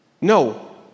No